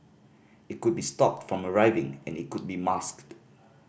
it could be stopped from arriving and it could be masked